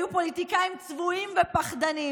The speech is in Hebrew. היו פוליטיקאים צבועים ופחדנים,